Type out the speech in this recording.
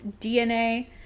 DNA